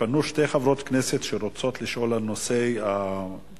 פנו שתי חברות כנסת שרוצות לשאול על נושא 2,